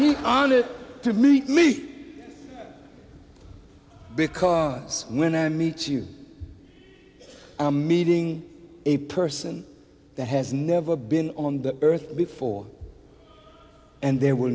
we're honored to meet me because when i meet you i'm meeting a person that has never been on the earth before and there will